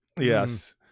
yes